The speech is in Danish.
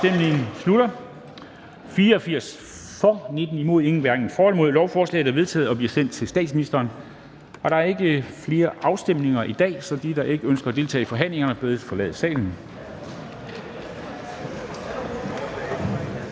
hverken for eller imod stemte 0. Lovforslaget er vedtaget og vil nu blive sendt til statsministeren. Der er ikke flere afstemninger i dag, så de, der ikke ønsker at deltage i forhandlingerne, bedes forlade salen.